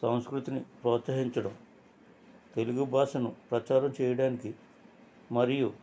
సంస్కృతిని ప్రోత్సహించడం తెలుగు భాషను ప్రచారం చేయడానికి మరియు